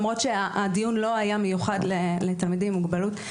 למרות שהדיון לא היה מיוחד לתלמידים עם מוגבלות.